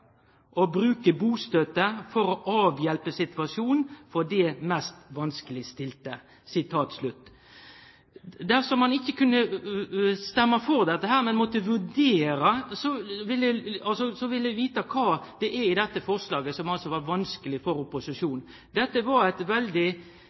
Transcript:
bruke bostøtte for å avhjelpe situasjonen for de mest vanskeligstilte.» Dersom ein ikkje kunne stemme for dette, men måtte vurdere, vil eg vite kva det er i dette forslaget som altså var vanskeleg for